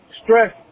stress